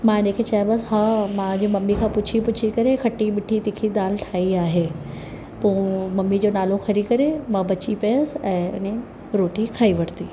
मां हिनखे चयोमांसि हा मां अॼु मम्मी खां पुछी पुछी करे खटी मिठी तीखी दालि ठाहीं आहे पोइ मम्मी जो नालो खणी करे मां बची पियसि ऐं हिन रोटी खाई वरिती